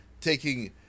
taking